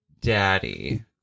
Daddy